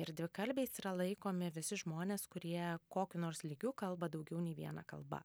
ir dvikalbiais yra laikomi visi žmonės kurie kokiu nors lygiu kalba daugiau nei viena kalba